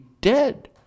dead